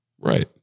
Right